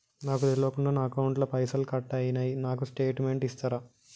నాకు తెల్వకుండా నా అకౌంట్ ల పైసల్ కట్ అయినై నాకు స్టేటుమెంట్ ఇస్తరా?